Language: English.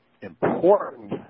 important